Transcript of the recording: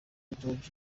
george